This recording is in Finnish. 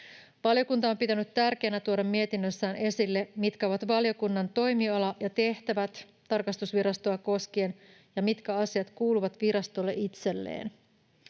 Valiokunta on pitänyt tärkeänä tuoda mietinnössään esille, mitkä ovat valiokunnan toimiala ja tehtävät tarkastusvirastoa koskien ja mitkä asiat kuuluvat virastolle itselleen.